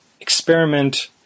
experiment